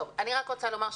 אני רוצה לומר,